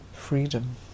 Freedom